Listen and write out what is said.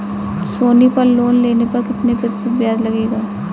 सोनी पल लोन लेने पर कितने प्रतिशत ब्याज लगेगा?